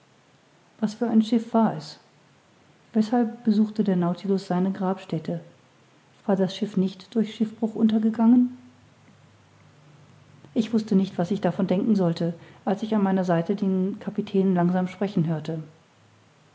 was für ein schiff war es weshalb besuchte der nautilus seine grabstätte war das schiff nicht durch schiffbruch untergegangen ich wußte nicht was ich davon denken sollte als ich an meiner seite den kapitän langsam sprechen hörte